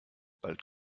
bald